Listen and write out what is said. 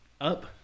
up